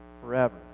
forever